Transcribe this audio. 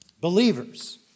Believers